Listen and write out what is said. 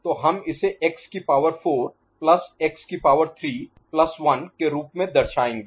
तो हम इसे x की पावर 4 प्लस x की पावर 3 प्लस 1 के रूप में दर्शाएंगे